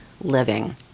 living